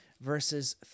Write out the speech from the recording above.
verses